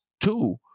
two